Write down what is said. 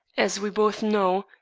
as we both know,